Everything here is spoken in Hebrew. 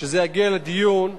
כשזה יגיע לדיון,